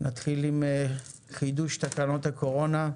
נתחיל עם חידוש תקנות הקורונה,